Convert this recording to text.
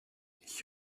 ich